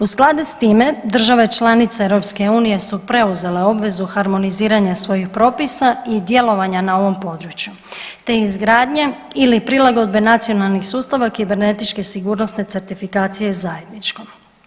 U skladu s time države članice EU su preuzele obvezu harmoniziranja svojih propisa i djelovanja na ovom području, te izgradnje ili prilagodbe nacionalnih sustava kibernetičke sigurnosne certifikacije zajedničkom.